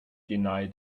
deny